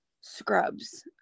scrubs